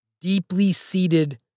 deeply-seated